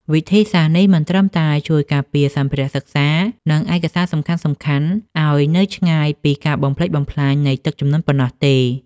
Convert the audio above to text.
វិធីសាស្ត្រនេះមិនត្រឹមតែជួយការពារសម្ភារៈសិក្សា និងឯកសារសំខាន់ៗឱ្យនៅឆ្ងាយពីការបំផ្លិចបំផ្លាញនៃទឹកជំនន់ប៉ុណ្ណោះទេ។